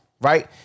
right